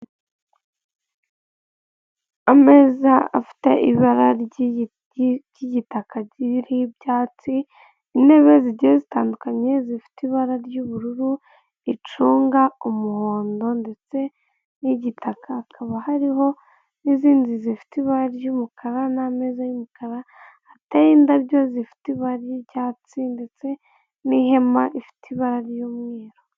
Ameza afite ibara ry'igitaka ry'ibyatsi intebe zigiye zitandukanye zifite ibara ry'ubururu, icunga, umuhondo ndetse n'igitaka, hakaba hariho n'izindi zifite ibara ry'umukara n'ameza y'umukara hateye indabyo zifite ibara ry'icyatsi ndetse n'ihema rifite ibara ry'umweru.